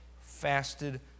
fasted